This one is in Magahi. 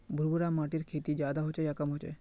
भुर भुरा माटिर खेती ज्यादा होचे या कम होचए?